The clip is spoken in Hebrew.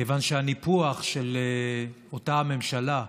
כיוון שהניפוח של אותה ממשלה,